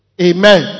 Amen